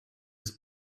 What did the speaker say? his